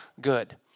good